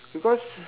because